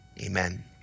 amen